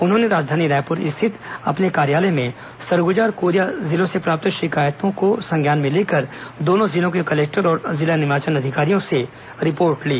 उन्होंने राजधानी रायपुर स्थित अपने कार्यालय में सरगुजा और कोरिया जिलों से प्राप्त शिकायत को संज्ञान में लेकर दोनों जिलों के कलेक्टर और जिला निर्वाचन अधिकारियों से रिपोर्ट ली